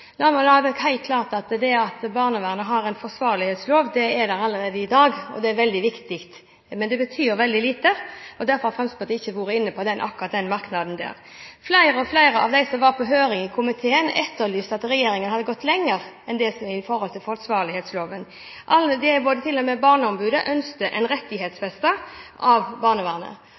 La det være helt klart at barnevernet allerede i dag har en forsvarlighetslov, og det er veldig viktig. Men det betyr veldig lite og derfor har Fremskrittspartiet ikke vært inne på akkurat den merknaden. Flere av dem som var på høringen i komiteen, etterlyste at regjeringen hadde gått lenger med tanke på forsvarlighetsloven. Alle – til og med barneombudet – ønsket en rettighetsfesting av barnevernet.